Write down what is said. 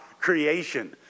creation